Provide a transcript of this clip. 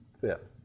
fit